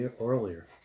earlier